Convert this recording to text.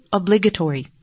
obligatory